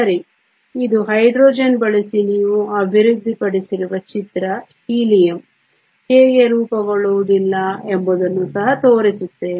ಸರಿ ಇದು ಹೈಡ್ರೋಜನ್ ಬಳಸಿ ನೀವು ಅಭಿವೃದ್ಧಿಪಡಿಸಿರುವ ಚಿತ್ರ ಹೀಲಿಯಂ ಹೇಗೆ ರೂಪುಗೊಳ್ಳುವುದಿಲ್ಲ ಎಂಬುದನ್ನು ಸಹ ತೋರಿಸಿದ್ದೇವೆ